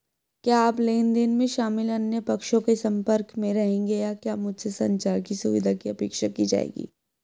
क्या आप लेन देन में शामिल अन्य पक्षों के संपर्क में रहेंगे या क्या मुझसे संचार की सुविधा की अपेक्षा की जाएगी?